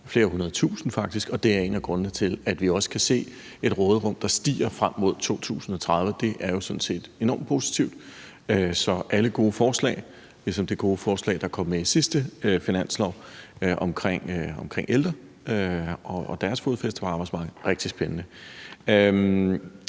flere hundrede tusinde, faktisk, og det er en af grundene til, at vi også kan se et råderum, der stiger frem mod 2030, og det er jo sådan set enormt positivt. Så de er alle gode forslag ligesom det gode forslag, der kom med i sidste års finanslov, om ældre og deres fodfæste på arbejdsmarkedet – rigtig spændende.